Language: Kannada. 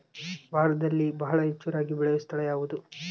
ಭಾರತದಲ್ಲಿ ಬಹಳ ಹೆಚ್ಚು ರಾಗಿ ಬೆಳೆಯೋ ಸ್ಥಳ ಯಾವುದು?